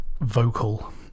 vocal